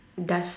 dust